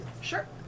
Sure